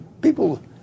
people